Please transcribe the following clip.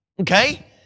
okay